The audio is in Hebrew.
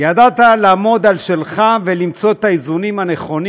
ידעת לעמוד על שלך ולמצוא את האיזונים הנכונים